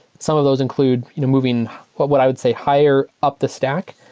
some of those include you know moving what what i would say higher up the stack.